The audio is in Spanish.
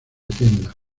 tiendas